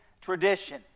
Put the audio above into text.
tradition